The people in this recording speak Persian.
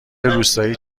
روستایی